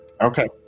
Okay